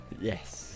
yes